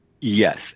yes